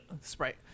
sprite